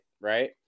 right